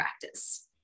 practice